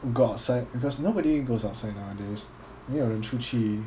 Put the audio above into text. go outside because nobody goes outside nowadays 没有人出去